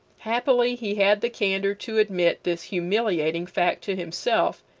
happily he had the candor to admit this humiliating fact to himself,